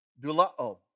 dulao